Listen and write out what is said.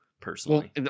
personally